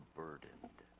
burdened